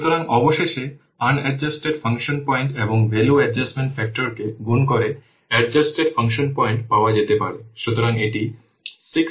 সুতরাং অবশেষে unadjusted function point এবং ভ্যালু অ্যাডজাস্টমেন্ট ফ্যাক্টরকে গুণ করে এডজাস্টটেড ফাংশন পয়েন্ট পাওয়া যেতে পারে